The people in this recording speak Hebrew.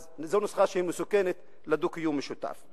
וזו נוסחה שהיא מסוכנת לדו-קיום, משותף.